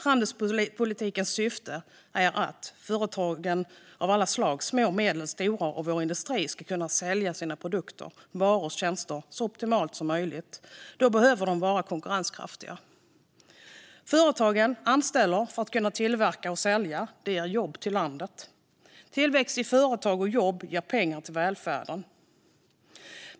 Handelspolitikens syfte är att företag av alla slag - små, medelstora och stora - och vår industri ska kunna sälja sina produkter, varor och tjänster så optimalt som möjligt. Då behöver de vara konkurrenskraftiga. Syftet är vidare att företagen ska anställa för att kunna tillverka och sälja. Det ger jobb till landet. Slutligen är syftet att tillväxt i företag och jobb ska ge pengar till välfärden.